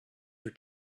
her